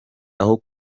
aho